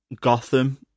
Gotham